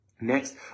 Next